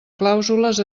clàusules